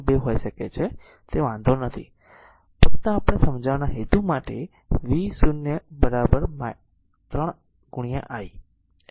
2 હોઈ શકે છે તે વાંધો નથી ફક્ત આપણે સમજાવવાના હેતુ માટે v 0 3 i x